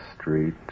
street